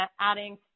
adding